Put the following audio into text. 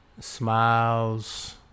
Smiles